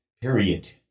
period